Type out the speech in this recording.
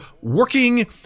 working